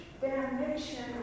damnation